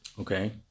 Okay